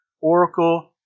Oracle